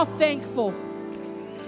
thankful